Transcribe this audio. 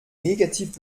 negativ